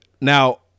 Now